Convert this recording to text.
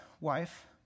wife